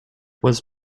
was